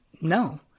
no